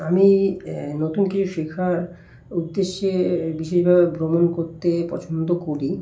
আমি নতুন কিছু শেখার উদ্দেশ্যে বিশেষভাবে ভ্রমণ করতে পছন্দ করি